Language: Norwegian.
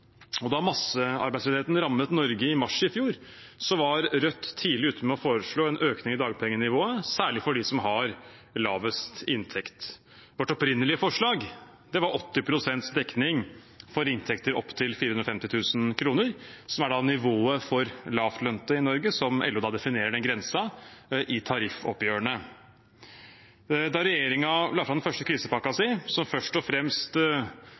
Da massearbeidsledigheten rammet Norge i mars i fjor, var Rødt tidlig ute med å foreslå en økning i dagpengenivået, særlig for dem som har lavest inntekt. Vårt opprinnelige forslag var 80 pst. dekning for inntekter opp til 450 000 kr, som er nivået for lavtlønte i Norge, slik LO definerer den grensen i tariffoppgjørene. Da regjeringen la fram den første krisepakken sin, som først og fremst